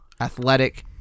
athletic